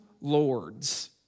lords